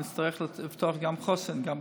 אוטומטית נצטרך לפתוח מרכזי חוסן גם בצפון.